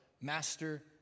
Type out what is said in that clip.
master